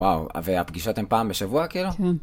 ‫וואו, והפגישות הם פעם בשבוע כאילו? ‫-כן.